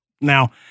Now